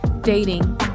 dating